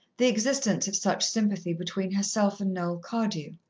the existence of such sympathy between herself and noel cardew.